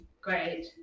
great